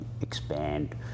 expand